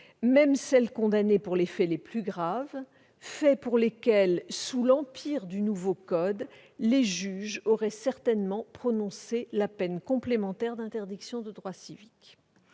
avaient été condamnées pour les faits les plus graves, à l'encontre desquelles, sous l'empire du nouveau code, les juges auraient certainement prononcé la peine complémentaire d'interdiction de droits civiques.